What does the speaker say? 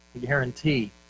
Guarantee